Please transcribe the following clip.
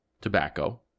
tobacco